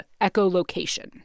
echolocation